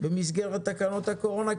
במסגרת תקנות הקורונה,